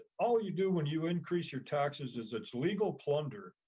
all you do when you increase your taxes is it's legal plunder,